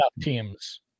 teams